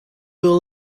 will